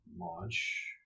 launch